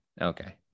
okay